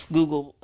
Google